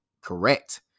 Correct